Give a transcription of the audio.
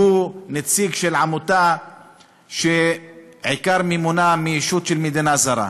שהוא נציג של עמותה שעיקר מימונה מישות של מדינה זרה.